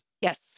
yes